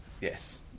Yes